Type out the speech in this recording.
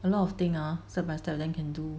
a lot of thing ah semester then can do